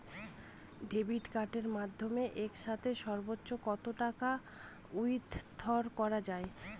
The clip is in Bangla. ডেবিট কার্ডের মাধ্যমে একসাথে সর্ব্বোচ্চ কত টাকা উইথড্র করা য়ায়?